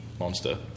monster